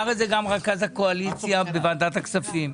אמר את זה גם רכז הקואליציה בוועדת הכספים.